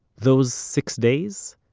those six days?